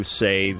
say